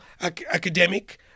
academic